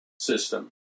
system